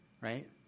Right